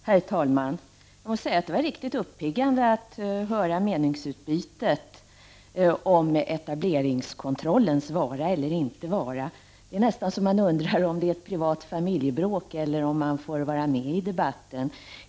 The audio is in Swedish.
Herr talman! Jag måste säga att det var riktigt uppiggande att höra meningsutbytet om etableringskontrollens vara eller inte vara. Det är nästan så att man undrar om det är ett privat familjebråk, eller om man får vara med i debatten.